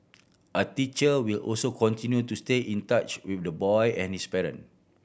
a teacher will also continue to stay in touch with the boy and his parent